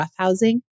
Roughhousing